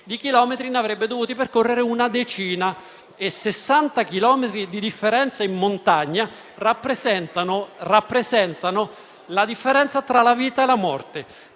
di chilometri ne avrebbe dovuti percorrere una decina e 60 chilometri di differenza in montagna rappresentano la differenza tra la vita e la morte.